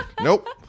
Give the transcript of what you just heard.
Nope